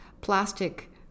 plastic